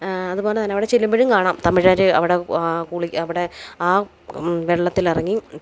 അതുപോലെ തന്നെ അവിടെ ചെല്ലുമ്പോഴും കാണാം തമിഴർ അവിടെ കുളി അവിടെ ആ വെള്ളത്തിലിറങ്ങി